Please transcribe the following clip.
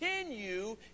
continue